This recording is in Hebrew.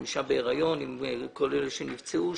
אישה בהריון וכל האנשים שנפצעו שם.